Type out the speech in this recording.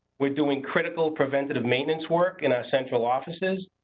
we're doing critical preventative maintenance work in our central offices,